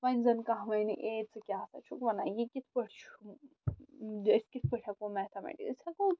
وۄنۍ زَن کانٛہہ وَنہِ اے ژٕ کیٛاہ سا چھُکھ وَنان یہِ کِتھ پٲٹھۍ چھُ أسۍ کِتھ پٲٹھۍ ہٮ۪کو میتھامیٹِکس أسۍ ہٮ۪کو